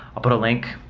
i'll put a link.